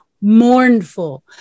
mournful